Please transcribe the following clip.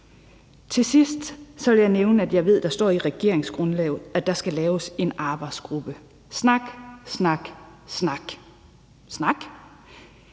Til sidst vil jeg nævne, at jeg ved, at der står i regeringsgrundlaget, at der skal laves en arbejdsgruppe. Snak, snak, snak. Lad